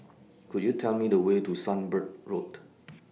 Could YOU Tell Me The Way to Sunbird Road